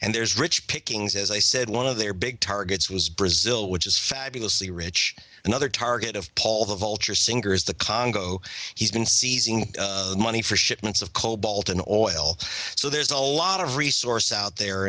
and there's rich pickings as i said one of their big targets was brazil which is fabulously rich another target of paul the vulture singers the congo he's been seizing money for shipments of cobalt in oil so there's a lot of resources out there